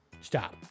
Stop